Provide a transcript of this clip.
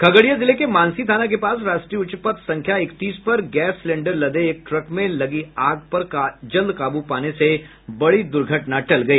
खगड़िया जिले के मानसी थाना के पास राष्ट्रीय उच्च पथ संख्या इकतीस पर गैस सिलेंडर लदे एक ट्रक में लगी आग पर जल्द काबू पाने से बड़ी दुर्घटना टल गई